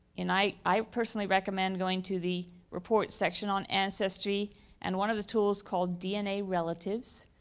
and i i personally recommend going to the reports section on ancestry and one of the tools called dna relatives.